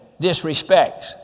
disrespects